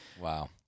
wow